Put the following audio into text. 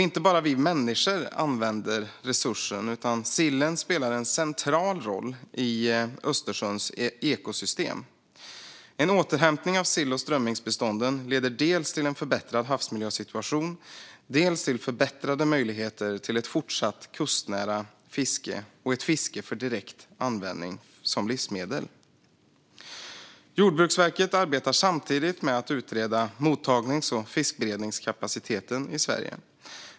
Inte bara vi människor använder resursen, utan sillen spelar en central roll i Östersjöns ekosystem. En återhämtning av sill och strömmingsbestånden leder dels till en förbättrad havsmiljösituation, dels till förbättrade möjligheter till ett fortsatt kustnära fiske och ett fiske för direkt användning som livsmedel. Jordbruksverket arbetar samtidigt med att utreda mottagnings och fiskberedningskapaciteten i Sverige.